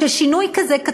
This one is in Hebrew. ששינוי קטן כזה,